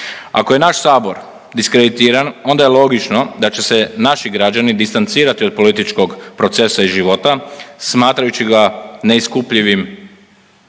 Ako je naš Sabor diskreditiran onda je logično da će se naši građani distancirati od političkog procesa i života smatrajući ga neiskupljivim